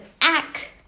act